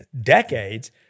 decades